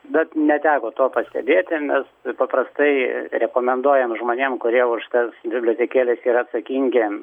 bet neteko to pastebėti mes paprastai rekomenduojam žmonėm kurie už tas bibliotekėlės yra atsakingi